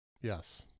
Yes